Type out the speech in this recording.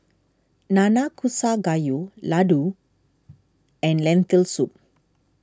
Nanakusa Gayu Ladoo and Lentil Soup